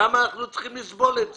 למה אנחנו צריכים לסבול את זה?